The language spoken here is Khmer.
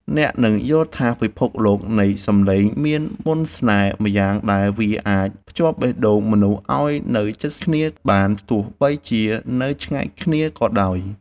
អ្នកនឹងយល់ថាពិភពលោកនៃសំឡេងមានមន្តស្នេហ៍ម្យ៉ាងដែលវាអាចភ្ជាប់បេះដូងមនុស្សឱ្យនៅជិតគ្នាបានទោះបីជានៅឆ្ងាយគ្នាក៏ដោយ។